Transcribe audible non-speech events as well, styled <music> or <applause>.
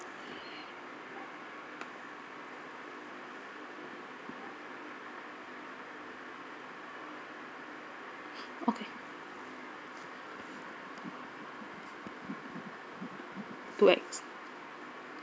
<breath> okay to ex~